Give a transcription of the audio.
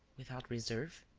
without reserve?